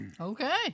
Okay